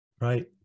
Right